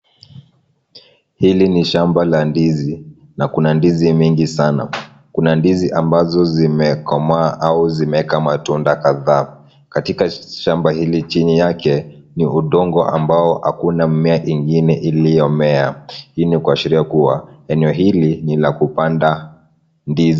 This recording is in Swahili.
Hili ni shamba la ndizi na kuna ndizi mingi sana, kuna ndizi ambazo zimekomaa au zimeweka matunda kadha, katika shamba hili, chini yake ni udongo ambao hakuna mmea ingine iliyomea, hii ni kuashiria kuwa eneo hili ni la kupanda ndizi.